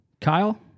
Kyle